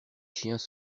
chiens